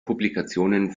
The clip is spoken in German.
publikationen